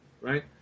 right